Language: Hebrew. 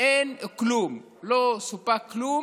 אין כלום, לא סופק כלום.